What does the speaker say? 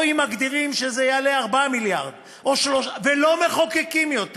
או אם מגדירים שזה יעלה 4 מיליארד ולא מחוקקים יותר,